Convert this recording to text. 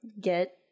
get